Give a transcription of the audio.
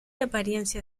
apariencia